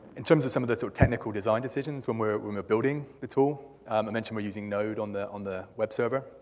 in terms of some of the so technical design decisions when we're when we're building the tool, i mentioned we're using node on the on the web server,